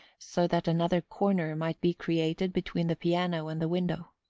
so that another corner might be created between the piano and the window.